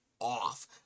off